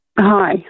Hi